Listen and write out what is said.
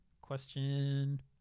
question